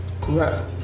grow